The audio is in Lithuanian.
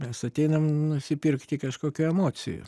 mes ateinam nusipirkti kažkokių emocijų